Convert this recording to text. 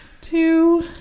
two